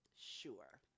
Sure